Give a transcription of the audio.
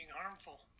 harmful